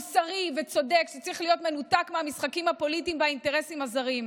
מוסרי וצודק שצריך להיות מנותק מהמשחקים הפוליטיים והאינטרסים הזרים.